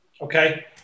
Okay